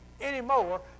anymore